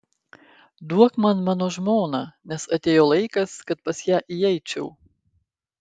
duok man mano žmoną nes atėjo laikas kad pas ją įeičiau